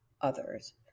others